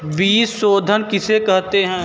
बीज शोधन किसे कहते हैं?